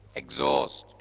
exhaust